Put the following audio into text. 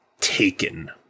taken